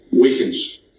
Weakens